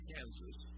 Kansas